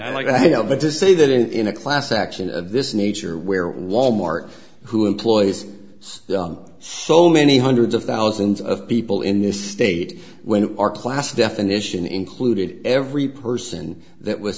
to say that in a class action of this nature where wal mart who employs so many hundreds of thousands of people in this state when our class definition included every person that was